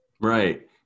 Right